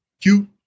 cute